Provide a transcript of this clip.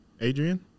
Adrian